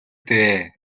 дээ